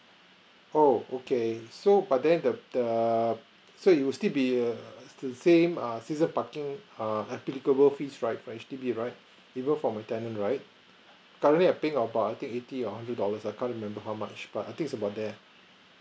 oh okay so but then the the so it'll still be a the same season parking err applicable fees right for H_D_B right even for my tenant right currently I'm paying about I think eighty or hundred dollars I can't remember how much but I think it's about there